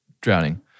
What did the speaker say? drowning